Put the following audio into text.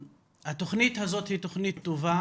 התוכנית הזאת היא תוכנית טובה,